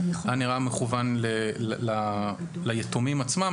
היה נראה מכוון ליתומים עצמם,